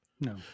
No